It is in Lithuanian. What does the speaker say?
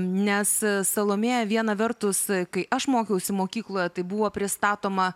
nes salomėja viena vertus kai aš mokiausi mokykloje tai buvo pristatoma